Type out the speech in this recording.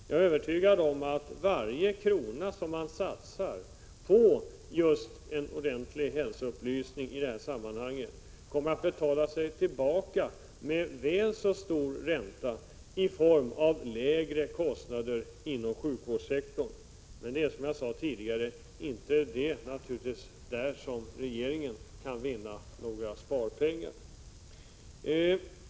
Jag är övertygad om att varje krona som man satsar på just en ordentlig hälsoupplysning i det här sammanhanget kommer att betala sig med väl så stor ränta i form av lägre kostnader inom sjukvårdssektorn. Men det är, som jag sade tidigare, naturligtvis inte där regeringen kan vinna några sparpengar.